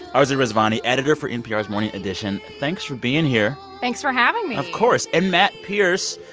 arezou rezvani, editor for npr's morning edition, thanks for being here thanks for having me of course. and matt pearce,